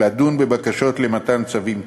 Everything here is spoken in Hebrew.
לדון בבקשות למתן צווים כאמור.